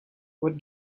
what